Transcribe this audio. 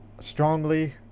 strongly